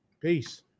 Peace